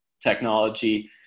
technology